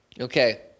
Okay